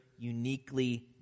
uniquely